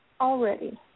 already